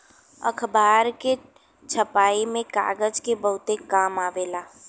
अखबार के छपाई में कागज के बहुते काम आवेला